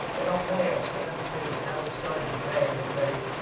they don't pay us. they never paid us. now they're starting to pay and they're paying.